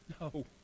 No